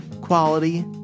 quality